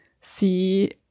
see